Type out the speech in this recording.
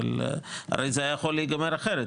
הרי זה יכל להיגמר אחרת,